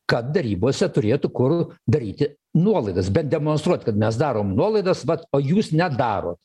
kad derybose turėtų kur daryti nuolaidas bet demonstruot kad mes darom nuolaidas vat o jūs nedarot